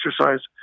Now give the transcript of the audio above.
exercise